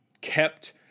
kept